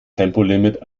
tempolimit